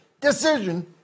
decision